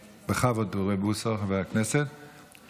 בכבוד, חבר הכנסת אוריאל בוסו.